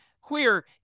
queer